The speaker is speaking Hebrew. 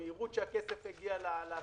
במהירות שהכסף הגיע לעסקים,